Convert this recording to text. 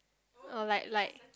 or like like